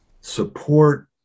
support